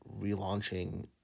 relaunching